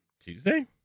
tuesday